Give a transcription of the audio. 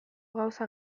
gauza